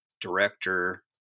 director